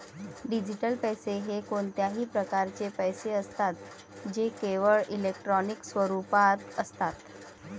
digital पैसे हे कोणत्याही प्रकारचे पैसे असतात जे केवळ इलेक्ट्रॉनिक स्वरूपात असतात